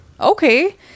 Okay